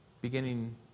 beginning